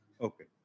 Okay